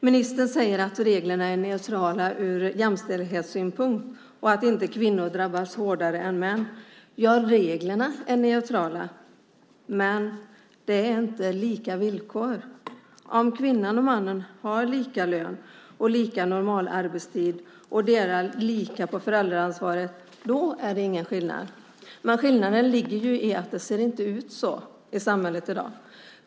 Ministern säger att reglerna är neutrala ur jämställdhetssynpunkt och att kvinnor inte drabbas hårdare än män. Reglerna är neutrala, men villkoren är inte lika. Om kvinnan och mannen har lika lön och samma normalarbetstid och delar lika på föräldraansvaret är det ingen skillnad. Skillnaden ligger i att det inte ser ut så i samhället i dag.